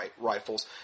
rifles